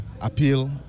appeal